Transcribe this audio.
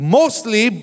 mostly